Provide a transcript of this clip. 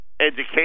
education